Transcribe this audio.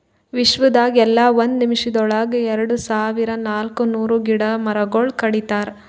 ವಿಶ್ವದಾಗ್ ಎಲ್ಲಾ ಒಂದ್ ನಿಮಿಷಗೊಳ್ದಾಗ್ ಎರಡು ಸಾವಿರ ನಾಲ್ಕ ನೂರು ಗಿಡ ಮರಗೊಳ್ ಕಡಿತಾರ್